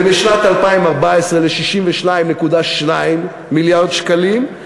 ובשנת 2014 ל-62.2 מיליארד שקלים,